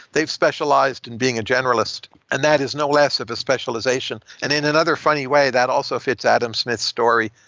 they've specialized in being a generalist, and that is no less of a specialization. and in another funny way, that also fits adam smith's story.